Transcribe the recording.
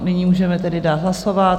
Nyní můžeme tedy dát hlasovat.